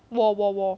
我我我